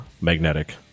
Magnetic